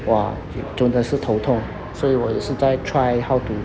!wah! 真的是头痛所以我也是在 try how to